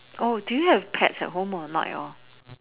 oh do you have pets at home or not at all